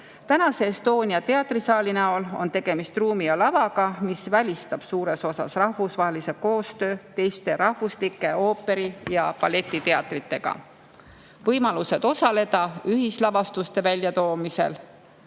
praeguse teatrisaali näol on tegemist ruumi ja lavaga, mis välistab suures osas rahvusvahelise koostöö teiste rahvuslike ooperi- ja balletiteatritega. Võimalused osaleda ühislavastuste väljatoomisel